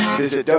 visit